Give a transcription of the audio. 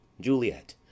Juliet